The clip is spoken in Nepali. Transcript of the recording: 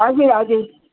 हजुर हजुर